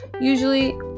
usually